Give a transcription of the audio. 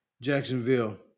Jacksonville